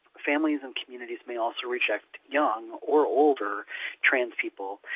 families and communities may also reject young or older trans people,